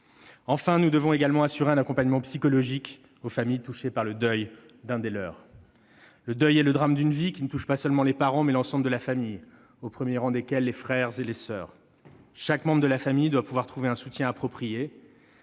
Enfin, nous devons également assurer un accompagnement psychologique aux familles touchées par le deuil d'un des leurs. Le deuil est le drame d'une vie ; il touche non seulement les parents mais aussi l'ensemble de la famille, notamment les frères et les soeurs. Chaque membre de la famille doit pouvoir trouver un soutien approprié.